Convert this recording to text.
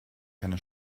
keine